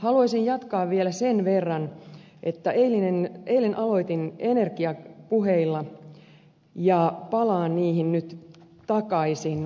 haluaisin jatkaa vielä sen verran että kun eilen aloitin energiapuheilla palaan niihin nyt takaisin